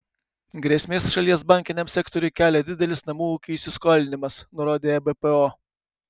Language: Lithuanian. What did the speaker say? grėsmės šalies bankiniam sektoriui kelia didelis namų ūkių įsiskolinimas nurodė ebpo